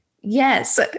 yes